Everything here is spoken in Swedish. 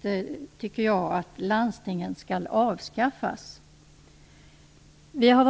Jag tycker att landstingen skall avskaffas på sikt.